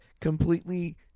completely